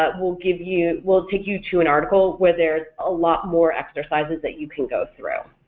ah will give you, will take you to an article where there's a lot more exercises that you can go through.